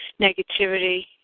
negativity